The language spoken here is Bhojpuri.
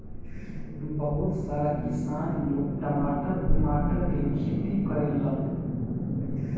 बहुत सारा किसान लोग टमाटर उमाटर के खेती करेलन